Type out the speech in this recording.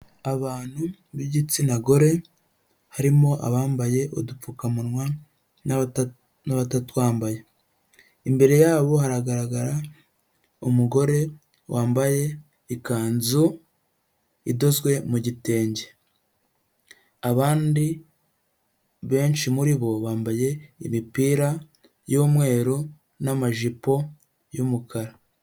Abantu b'igitsina gore, harimo abambaye udupfukamunwa ntabatatwambaye imbere yabo haragaragara umugore wambaye ikanzu idozwe mu gitenge abandi benshi muri bo bambaye imipira y'umweru n'amajipo y'umukara.